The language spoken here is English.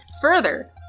Further